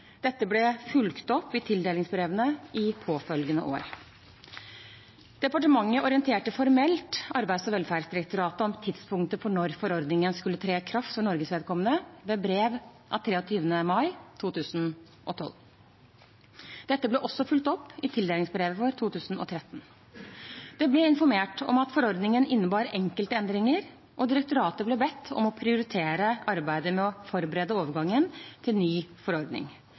Dette ble fulgt opp i tildelingsbrevene i påfølgende år. Departementet orienterte formelt Arbeids- og velferdsdirektoratet om tidspunktet for når forordningen skulle tre i kraft for Norges vedkommende, ved brev av 23. mai 2012. Dette ble også fulgt opp i tildelingsbrevet for 2013. Det ble informert om at forordningen innebar enkelte endringer, og direktoratet ble bedt om å prioritere arbeidet med å forberede overgangen til ny forordning,